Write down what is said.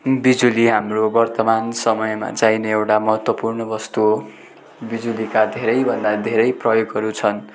बिजुली हाम्रो वर्तमान समयमा चाहिने एउटा महत्त्वपूर्ण वस्तु हो बिजुलीका धेरैभन्दा धेरै प्रयोगहरू छन्